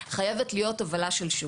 חייבת להיות הובלה של שוק.